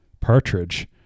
Partridge